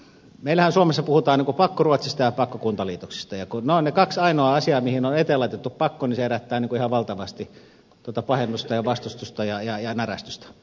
meillähän suomessa puhutaan pakkoruotsista ja pakkokuntaliitoksista ja kun ne ovat ne kaksi ainoaa asiaa mihin on eteen laitettu pakko niin ne herättävät ihan valtavasti pahennusta ja vastustusta ja närästystä